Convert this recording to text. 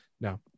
no